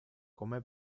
come